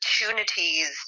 opportunities